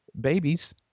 babies